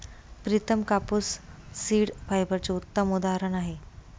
प्रितम कापूस सीड फायबरचे उत्तम उदाहरण आहे